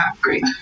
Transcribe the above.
great